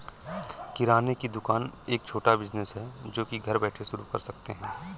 किराने की दुकान एक छोटा बिज़नेस है जो की घर बैठे शुरू कर सकते है